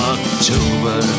October